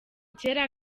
kera